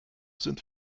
sind